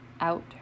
out